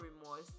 remorse